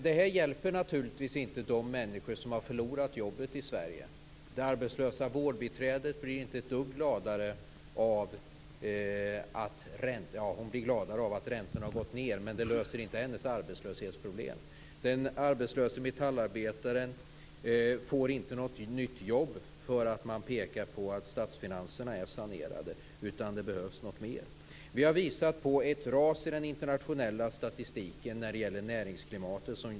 Det här hjälper naturligtvis inte de människor som har förlorat jobbet i Sverige. Det arbetslösa vårdbiträdet blir gladare av att räntorna har gått ned, men det löser inte hennes arbetslöshetsproblem. Den arbetslöse metallarbetaren får inte något nytt jobb bara för att man pekar på att statsfinanserna är sanerade. Det behövs något mer. Vi har visat på ett ras i den internationella statistiken när det gäller näringsklimatet.